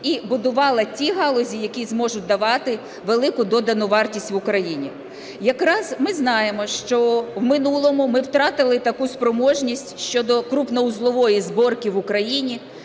і будувала ті галузі, які зможуть давати велику додану вартість в Україні. Якраз ми знаємо, що в минулому ми втратили таку спроможність щодо крупновузлової зборки в Україні,